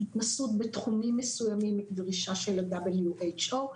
התנסות בתחומים מסוימים היא דרישה של ה-WHO.